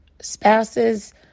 spouses